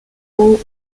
fall